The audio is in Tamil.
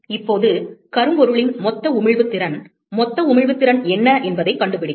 இப்போது கரும்பொருளின் மொத்த உமிழ்வு திறன் மொத்த உமிழ்வு திறன் என்ன என்பதைக் கண்டுபிடிப்போம்